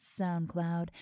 SoundCloud